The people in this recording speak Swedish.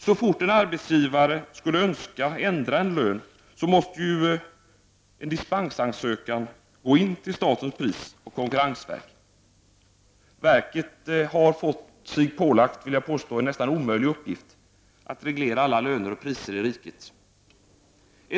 Så fort en arbetsgivare skulle önska ändra en lön, måste ju en dispensansökan gå in till statens prisoch konkurrensverk. Verket har fått sig pålagd en, vill jag påstå, nästan omöjlig uppgift: att reglera alla priser och löner i riket.